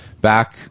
back